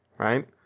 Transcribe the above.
Right